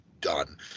done